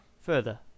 Further